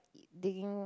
digging